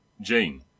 Jane